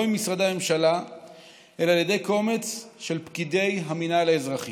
ממשרדי הממשלה אלא על ידי קומץ של פקידי המינהל האזרחי.